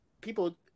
people